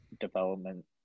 development